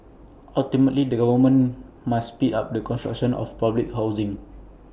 ultimately the government must speed up the construction of public housing